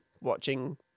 watching